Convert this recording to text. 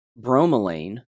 bromelain